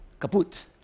kaput